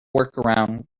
workaround